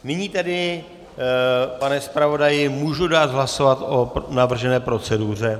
Nyní tedy, pane zpravodaji, můžu dát hlasovat o navržené proceduře?